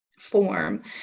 form